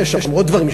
יש שם עוד דברים,